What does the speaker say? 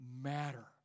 matter